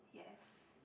yes